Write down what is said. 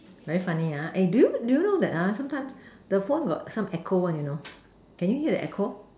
very funny ah eh do you do you know that ha sometimes the phone got some echo one you know can you hear the echo